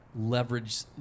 leverage